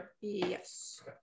Yes